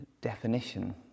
definition